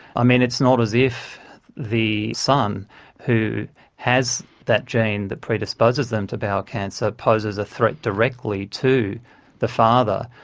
i mean, it's not as if the son who has that gene that predisposes them to bowel cancer poses a threat directly to the father.